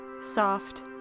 soft